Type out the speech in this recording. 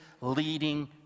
leading